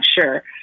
sure